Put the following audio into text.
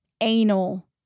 anal